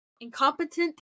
Incompetent